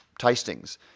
tastings